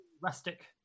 Rustic